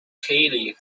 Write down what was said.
kelly